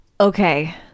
Okay